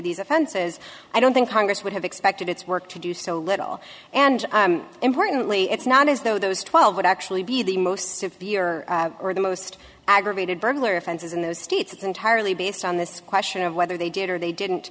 these offenses i don't think congress would have expected its work to do so little and importantly it's not as though those twelve would actually be the most severe or the most aggravated burglary offenses in those states entirely based on this question of whether they did or they didn't